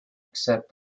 except